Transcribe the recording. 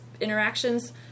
interactions